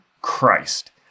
Christ